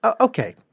Okay